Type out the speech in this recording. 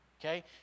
okay